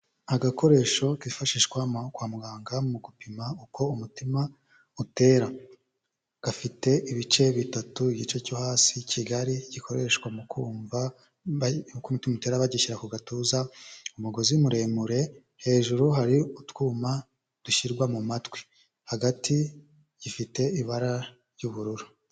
Agakoresho kifashishwa kwa muganga mu gupima uko umutima utera, gafite ibice bitatu igice cyo hasi kigari gikoreshwa mu kumva uko umutima utera bagishyira ku gatuza, umugozi muremure, hejuru hari utwuma dushyirwa mu matwi, hagati gifite ibara ry'ubururu.